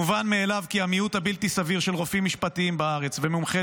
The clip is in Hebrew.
מובן מאליו כי המיעוט הבלתי-סביר של רופאים משפטיים בארץ ומומחי